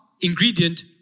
ingredient